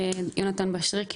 ח"כ יונתן משריקי,